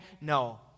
No